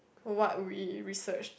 what we research